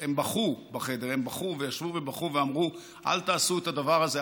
הם בכו בחדר ואמרו: אל תעשו את הדבר הזה.